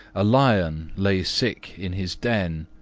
a lion lay sick in his den,